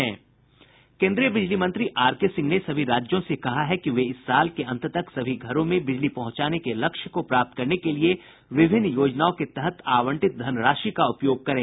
केन्द्रीय बिजली मंत्री आर के सिंह ने सभी राज्यों से कहा है कि वे इस साल के अंत तक सभी घरों में बिजली पहुंचाने के लक्ष्य को प्राप्त करने के लिए विभिन्न योजनाओं के तहत आवंटित धनराशि का उपयोग करें